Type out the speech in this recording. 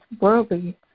worldly